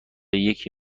یکی